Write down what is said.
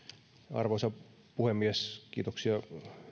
arvoisa puhemies kiitoksia